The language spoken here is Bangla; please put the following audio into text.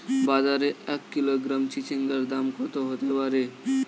বাজারে এক কিলোগ্রাম চিচিঙ্গার দাম কত হতে পারে?